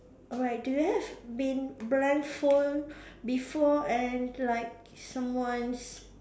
alright do you have been blindfold before and like someone